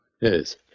Yes